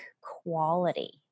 quality